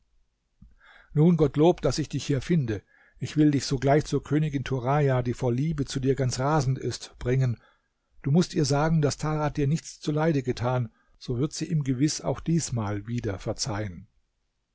nun gottlob daß ich dich hier finde ich will dich sogleich zur königin turaja die vor liebe zu dir ganz rasend ist bringen du mußt ihr sagen daß tarad dir nichts zuleide getan so wird sie ihm gewiß auch diesmal wieder verzeihen